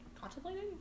Contemplating